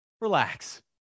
relax